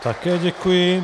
Také děkuji.